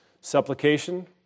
supplication